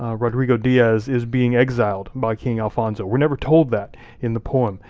ah rodrigo diaz, is being exiled by king alfonso. we're never told that in the poem.